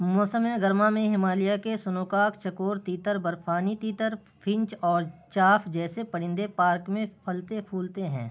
موسم گرما میں ہمالیہ کے سنوکاک چکور تیتر برفانی تیتر فنچ اور چاف جیسے پرندے پارک میں پھلتے پھولتے ہیں